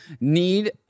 need